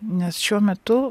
nes šiuo metu